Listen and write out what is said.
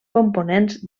components